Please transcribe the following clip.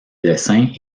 dessins